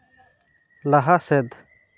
ᱞᱟᱦᱟ ᱥᱮᱫ